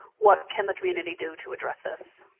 what can the community do to address this?